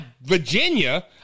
Virginia